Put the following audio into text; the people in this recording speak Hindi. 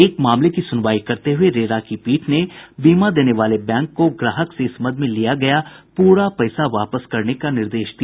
एक मामले की सुनवाई करते हुये रेरा की पीठ ने बीमा देने वाले बैंक को ग्राहक से इस मद में लिया गया पूरा पैसा वापस करने का निर्देश दिया